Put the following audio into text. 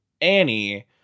Annie